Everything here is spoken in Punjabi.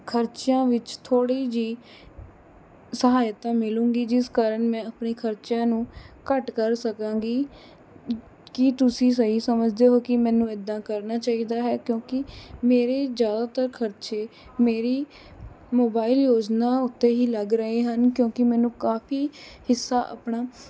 ਖਰਚਿਆਂ ਵਿੱਚ ਥੋੜ੍ਹੀ ਜਿਹੀ ਸਹਾਇਤਾ ਮਿਲੇਗੀ ਜਿਸ ਕਾਰਨ ਮੈਂ ਆਪਣੇ ਖਰਚਿਆਂ ਨੂੰ ਘੱਟ ਕਰ ਸਕਾਂਗੀ ਕੀ ਤੁਸੀਂ ਸਹੀ ਸਮਝਦੇ ਹੋ ਕਿ ਮੈਨੂੰ ਇੱਦਾਂ ਕਰਨਾ ਚਾਹੀਦਾ ਹੈ ਕਿਉਂਕਿ ਮੇਰੇ ਜ਼ਿਆਦਾਤਰ ਖ਼ਰਚੇ ਮੇਰੀ ਮੋਬਾਈਲ ਯੋਜਨਾ ਉੱਤੇ ਹੀ ਲੱਗ ਰਹੇ ਹਨ ਕਿਉਂਕਿ ਮੈਨੂੰ ਕਾਫ਼ੀ ਹਿੱਸਾ ਆਪਣਾ